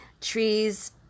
trees